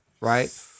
right